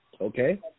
Okay